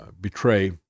Betray